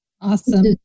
Awesome